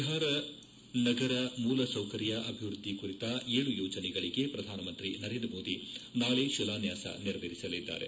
ಬಿಹಾರದ ನಗರ ಮೂಲ ಸೌಕರ್ಯ ಅಭಿವೃದ್ದಿ ಕುರಿತ ಏಳು ಯೋಜನೆಗಳಿಗೆ ಪ್ರಧಾನಮಂತ್ರಿ ನರೇಂದ್ರ ಮೋದಿ ನಾಳೆ ಶಿಲಾನ್ಲಾಸ ನೆರವೇರಿಸಲಿದ್ದಾರೆ